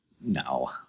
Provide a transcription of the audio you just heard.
No